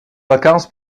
vacances